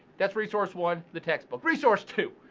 that's resource one, the textbook. resource two,